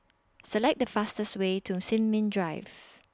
Select The fastest Way to Sin Ming Drive